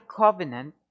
covenant